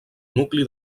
nucli